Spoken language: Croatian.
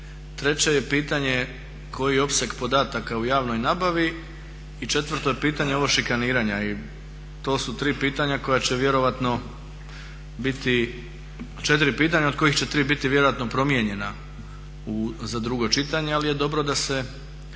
Treće je pitanje koji opseg podataka u javnoj nabavi i četvrto je pitanje ovo šikaniranja. I to su tri pitanja koja će vjerojatno biti četiri pitanja od kojih će tri biti vjerojatno promijenjena za drugo čitanje, ali je dobro da se